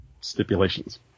stipulations